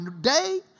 day